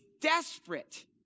desperate